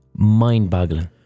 Mind-boggling